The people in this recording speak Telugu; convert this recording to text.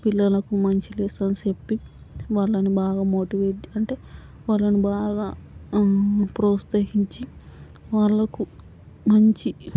పిల్లలకు మంచి లెసన్స్ చెప్పి వాళ్ళని బాగా మోటివేట్ అంటే వాళ్ళను బాగా ప్రోత్సహించి వాళ్ళకు మంచి